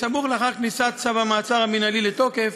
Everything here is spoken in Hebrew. בסמוך לאחר כניסת צו המעצר המינהלי לתוקף,